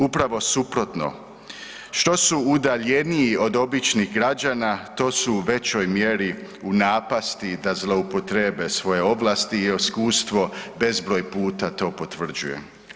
Upravo suprotno, što su udaljeniji od običnih građana to su u većoj mjeri u napasti da zloupotrebe svoje ovlasti i iskustvo bezbroj puta to potvrđuje.